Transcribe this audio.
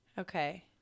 Okay